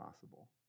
possible